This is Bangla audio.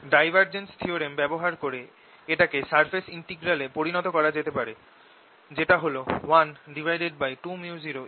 ডাইভার্জেন্স থিওরেম ব্যবহার করে এটাকে সারফেস ইন্টিগ্রাল এ পরিনত করা যেতে পারে যেটা হল 12µods